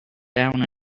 down